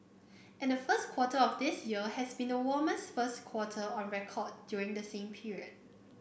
and the first quarter of this year has been the warmest first quarter on record during the same period